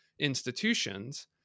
institutions